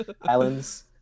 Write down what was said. islands